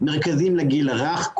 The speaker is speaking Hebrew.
מרכזים לגיל הרך,